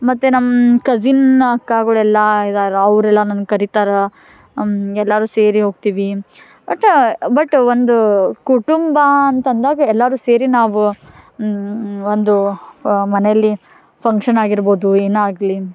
ಮತ್ತು ನಮ್ಮ ಕಝಿನ್ ಅಕ್ಕಗಳೆಲ್ಲ ಇದ್ದಾರೆ ಅವ್ರು ಎಲ್ಲ ನನ್ನ ಕರಿತಾರೆ ಎಲ್ಲರೂ ಸೇರಿ ಹೋಗ್ತೀವಿ ಬಟ್ ಬಟ್ ಒಂದು ಕುಟುಂಬ ಅಂತ ಅಂದಾಗ ಎಲ್ಲರೂ ಸೇರಿ ನಾವು ಒಂದು ಮನೆಯಲ್ಲಿ ಫಂಕ್ಷನ್ ಆಗಿರ್ಬೋದು ಏನೇ ಆಗಲಿ